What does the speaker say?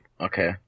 Okay